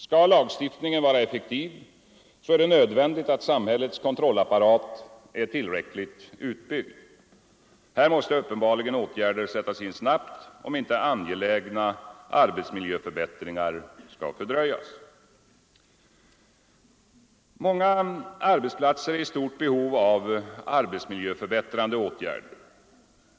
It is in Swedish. Skall lagstiftningen vara effektiv är det nödvändigt att samhällets kontrollapparat är tillräckligt utbyggd. Här måste uppenbarligen åtgärder sättas in snabbt om inte angelägna arbetsmiljöförbättringar skall fördröjas. Många arbetsplatser är i stort behov av arbetsmiljöförbättrande åtgärder.